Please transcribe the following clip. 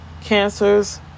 cancers